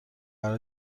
قرار